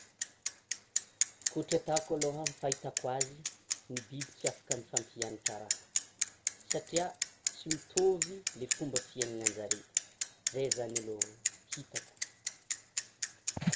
Koa ohatry atako alôha, ny fahitako azy, ny biby tsy afaka mifampianatra raha, satria tsy mitôvy ilay fomba fiainana anjare; zay zany alôha hitako.